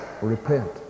Repent